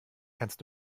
kannst